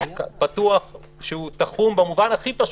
הוא תחום במובן הכי פשוט,